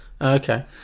okay